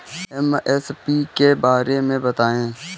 MSP के बारे में बतायें?